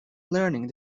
learning